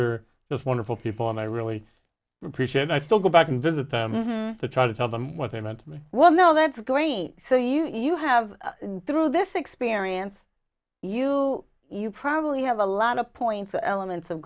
are just wonderful people and i really appreciate i still go back and visit them to try to tell them what they meant to me well no that's great so you have through this experience you you probably have a lot of points elements of